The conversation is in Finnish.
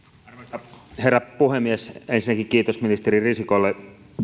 arvoisa herra puhemies ensinnäkin kiitos ministeri risikolle